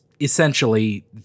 essentially